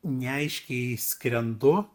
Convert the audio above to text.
neaiškiai skrendu